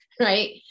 right